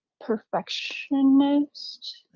perfectionist